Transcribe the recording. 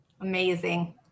Amazing